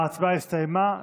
ההצבעה הסתיימה.